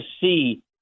see